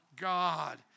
God